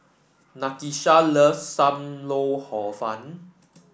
Nakisha loves Sam Lau Hor Fun